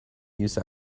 use